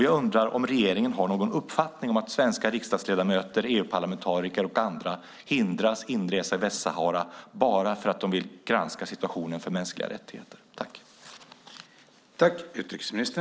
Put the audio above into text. Jag undrar om regeringen har någon uppfattning om att svenska riksdagsledamöter, EU-parlamentariker och andra hindras inresa i Västsahara bara för att de vill granska situationen för mänskliga rättigheter.